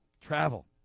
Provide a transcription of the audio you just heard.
travel